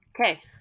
Okay